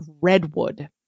Redwood